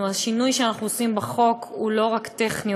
שהשינוי שאנחנו עושים בחוק הוא לא רק טכני,